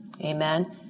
Amen